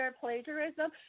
plagiarism